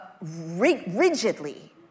rigidly